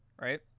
right